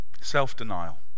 Self-denial